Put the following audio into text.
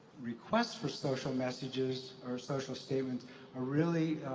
requests for social messages or social statements are really